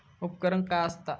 उपकरण काय असता?